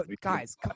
Guys